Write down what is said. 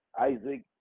Isaac